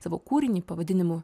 savo kūrinį pavadinimu